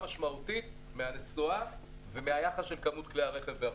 משמעותית מהנסועה ומהיחס של כמות כלי הרכב באחוזים.